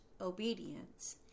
obedience